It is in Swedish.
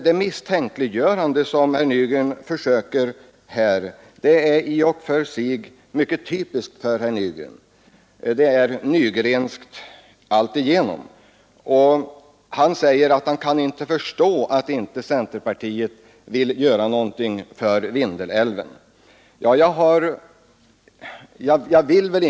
Det misstänkliggörande som herr Nygren försöker sig på är i och för sig mycket typiskt för honom; det är Nygrenskt alltigenom. Han säger att han inte kan förstå att inte centerpartiet vill göra någonting för Vindelälven. Ingen kan väl ta detta på allvar.